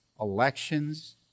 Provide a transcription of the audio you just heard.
elections